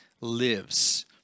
lives